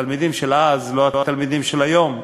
והתלמידים של אז לא היו התלמידים של היום.